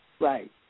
Right